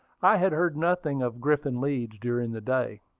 i had heard nothing of griffin leeds during the day.